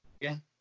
again